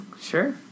Sure